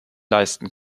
leisten